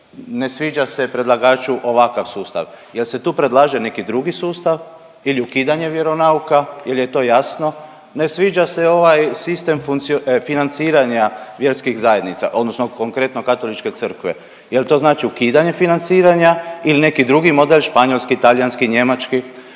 ne sviđa se predlagaču ovakav sustav. Jel se tu predlaže neki drugi sustav ili ukidanje vjeronauka jel je to jasno? Ne sviđa se ovaj sistem financiranja vjerskih zajednica odnosno konkretno Katoličke crkve. Jel to znači ukidanje financiranje il neki drugi model, španjolski, talijanski, njemački?